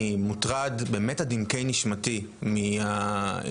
אני באמת מוטרד, עד עמקי נשמתי, מהפקרתם.